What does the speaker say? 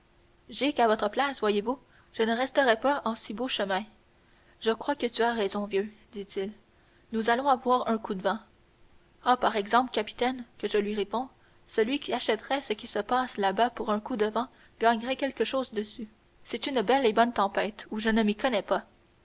j'ai qu'à votre place voyez-vous je ne resterais pas en si beau chemin je crois que tu as raison vieux dit-il nous allons avoir un coup de vent ah par exemple capitaine que je lui réponds celui qui achèterait ce qui se passe là-bas pour un coup de vent gagnerait quelque chose dessus c'est une belle et bonne tempête ou je ne m'y connais pas